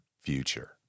future